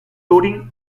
turing